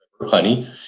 honey